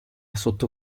sotto